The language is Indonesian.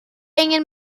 ingin